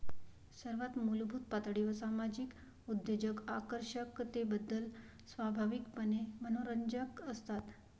सर्वात मूलभूत पातळीवर सामाजिक उद्योजक आकर्षकतेबद्दल स्वाभाविकपणे मनोरंजक असतात